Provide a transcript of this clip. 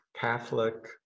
Catholic